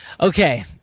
Okay